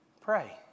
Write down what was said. Pray